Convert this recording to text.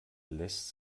lässt